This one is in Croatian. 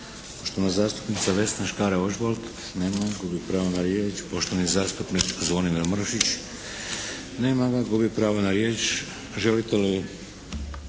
poštovana zastupnica Vesna Škare Ožbolt. Nema je. Gubi pravo na riječ. Poštovani zastupnik Zvonimir Mršić. Nema ga. Gubi pravo na riječ. Želite li?